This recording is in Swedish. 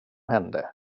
hände